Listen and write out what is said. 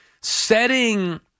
setting